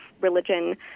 religion